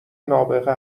نابغه